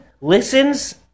listens